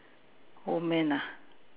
old man ah